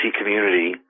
community